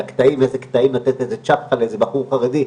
"איזה קטעים," נותן איזו צ'פחה לבחור חרדי,